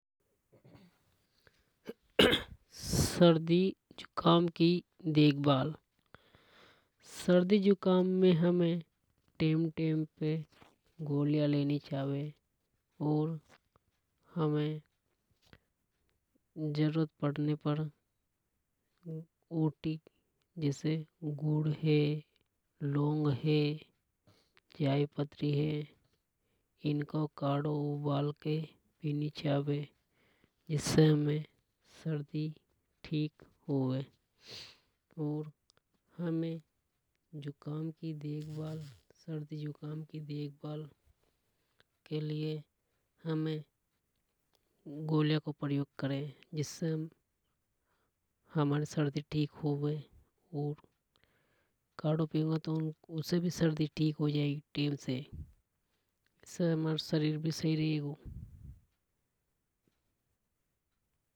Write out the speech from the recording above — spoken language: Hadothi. सर्दी जुकाम की देखभाल सर्दी जुकाम में हमें टेम टेम पे गोलियां लेनी चावे। और जरूरत पड़ने पर हमें लौंग है। जा है इनको गाड़ो उबालके पिनो चावे। जिसे हमें सर्दी ठीक होवे। और हमें जुकाम की देखभाल सर्दी जुकाम की देखभाल के लिए गोलियां को प्रयोग करे जिससे हमारी सर्दी ठीक होवे। और गाड़ो पिवा तो उसे भी हमारी सर्दी ठीक हो जाएगी टेम से और शरीर भी सही रेगो।